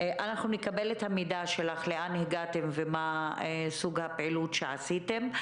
שנקבל את המידע שלך לאן הגעתם ומה סוג הפעילות שעשיתם.